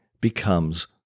becomes